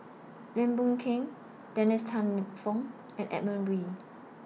Lim Boon Keng Dennis Tan Lip Fong and Edmund Wee